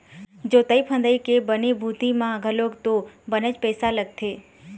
जोंतई फंदई के बनी भूथी म घलोक तो बनेच पइसा लगथे